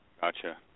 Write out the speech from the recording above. Gotcha